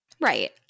Right